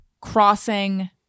crossing